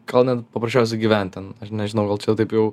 gal net paprasčiausiai gyvent ten aš nežinau gal čia taip jau